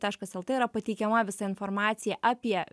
taškas lt yra pateikiama visa informacija apie